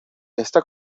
está